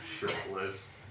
shirtless